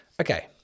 okay